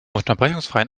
unterbrechungsfreien